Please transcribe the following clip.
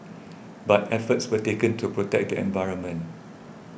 but efforts were taken to protect the environment